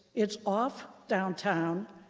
it's off downtown.